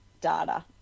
data